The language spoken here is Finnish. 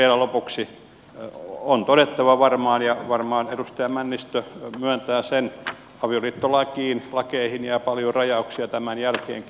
vielä lopuksi on todettava varmaan ja varmaan edustaja männistö myöntää sen että avioliittolakeihin jää paljon rajauksia tämän jälkeenkin